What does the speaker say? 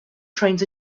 trains